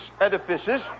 edifices